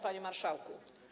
Panie Marszałku!